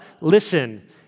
Listen